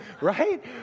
right